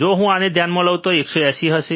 જો હું આને ધ્યાનમાં લઉં તો આ 180 હશે